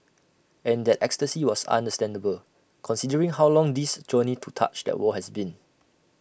and that ecstasy was understandable considering how long this journey to touch that wall has been